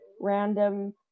random